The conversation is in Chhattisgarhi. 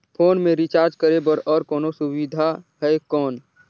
फोन मे रिचार्ज करे बर और कोनो सुविधा है कौन?